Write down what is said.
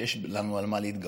שיש לנו על מה להתגאות,